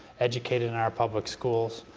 educated in our public schools,